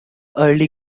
early